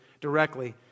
directly